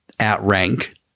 outrank